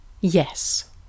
Yes